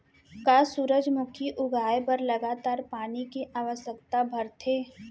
का सूरजमुखी उगाए बर लगातार पानी के आवश्यकता भरथे?